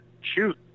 shoot